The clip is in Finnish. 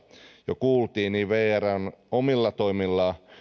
jo kuultiin vr on omilla toimillaan